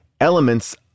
elements